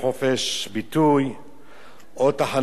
עוד תחנות שיוכלו להעביר ביקורת על הממשלה,